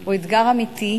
הוא אתגר אמיתי,